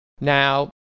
Now